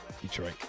Detroit